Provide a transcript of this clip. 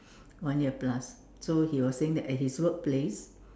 one year plus so he was saying that at his work place